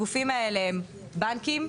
הגופים האלה הם בנקים,